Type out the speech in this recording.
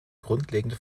grundlegende